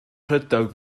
rhedeg